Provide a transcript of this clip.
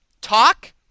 Talk